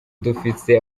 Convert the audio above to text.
dufise